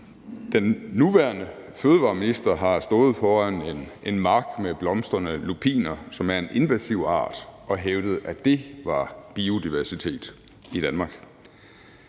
Den nuværende fødevareminister har stået foran en mark med blomstrende lupiner, som er en invasiv art, og hævdet, at det var biodiversitet i Danmark.